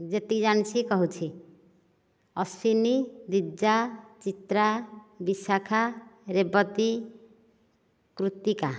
ଯେତିକି ଜାଣିଛି କହୁଛି ଅଶ୍ଵିନୀ ଦ୍ଵିଜା ଚିତ୍ରା ବିଶାଖା ରେବତୀ କୃତିକା